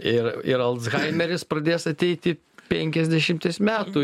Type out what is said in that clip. ir ir alzhaimeris pradės ateiti penkiasdešimties metų